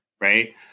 right